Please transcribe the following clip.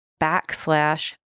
backslash